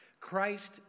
Christ